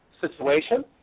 situation